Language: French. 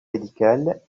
médicale